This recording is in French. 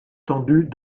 tendue